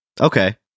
Okay